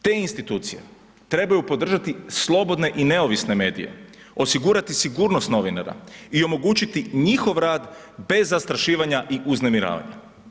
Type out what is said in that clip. Te institucije trebaju podržati slobodne i neovisne medije, osigurati sigurnost novinara i omogućiti njihov rad bez zastrašivanja i uznemiravanja.